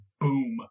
Boom